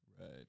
right